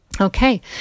Okay